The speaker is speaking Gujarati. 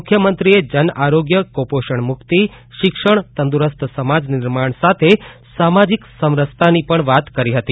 મુખ્યમંત્રીએ જન આરોગ્ય કૃપોષણ મુકતી શિક્ષણ તંદુરસ્ત સમાજ નિર્માણ સાથે સામાજિક સમરસતાની વાત કરી હતી